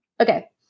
Okay